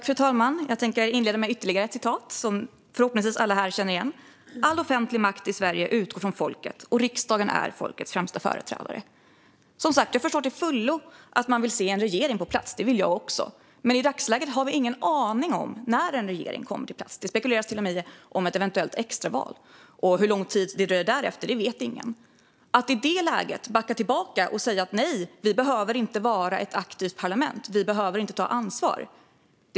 Fru talman! Jag tänker inleda med ytterligare citat, som förhoppningsvis alla här känner igen: "All offentlig makt i Sverige utgår från folket" och "Riksdagen är folkets främsta företrädare". Som sagt förstår jag till fullo att man vill se en regering på plats. Det vill jag också, men i dagsläget har vi ingen aning om när en regering kommer på plats. Det spekuleras till och med om ett eventuellt extraval. Hur lång tid det dröjer därefter vet ingen. Att i det läget backa tillbaka och säga "Nej, vi behöver inte vara ett aktivt parlament. Vi behöver inte ta ansvar."